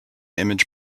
image